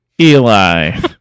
Eli